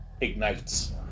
ignites